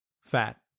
fat